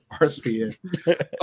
RSPN